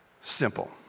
simple